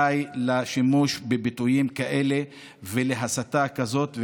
די לשימוש בביטויים כאלה ולהסתה כזאת.